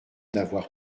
d’avoir